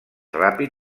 ràpid